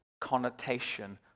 connotation